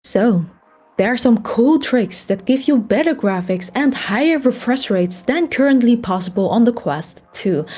so there are some cool tricks that gives you better graphics and higher refresh rates than currently possible on the quest two.